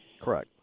Correct